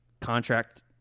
contract